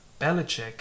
Belichick